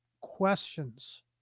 questions